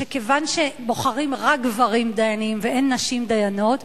שכיוון שבוחרים רק גברים דיינים ואין נשים דיינות,